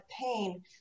pain